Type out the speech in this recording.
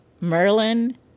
Merlin